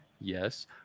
yes